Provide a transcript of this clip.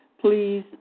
please